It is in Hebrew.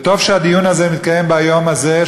וטוב שהדיון הזה מתקיים ביום הזה,